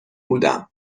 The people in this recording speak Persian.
بودم